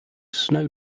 snow